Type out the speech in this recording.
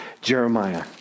Jeremiah